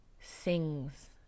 sings